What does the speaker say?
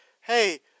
hey